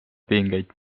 pingeid